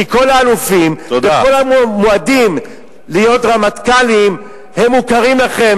כי כל האלופים וכל המועמדים להיות רמטכ"לים הם מוכרים לכם,